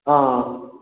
ꯑꯥ